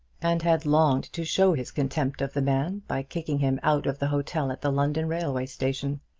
and had longed to show his contempt of the man by kicking him out of the hotel at the london railway station.